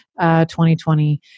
2020